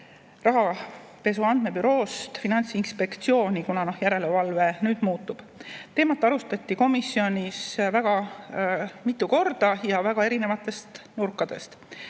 Rahapesu Andmebüroost üleFinantsinspektsiooni, kuna järelevalve nüüd muutub. Teemat arutati komisjonis väga mitu korda ja väga erinevatest nurkadest.